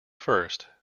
first